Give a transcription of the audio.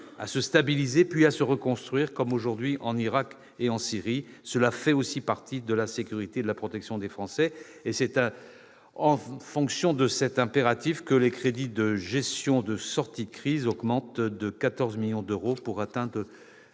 à se stabiliser puis à se reconstruire, comme aujourd'hui en Irak et en Syrie. Cela relève aussi de la sécurité et de la protection des Français, et c'est pourquoi les crédits de gestion de sortie de crise augmentent de 14 millions d'euros, pour atteindre